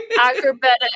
acrobatic